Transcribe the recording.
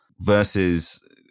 versus